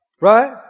Right